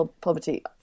poverty